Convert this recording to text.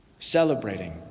celebrating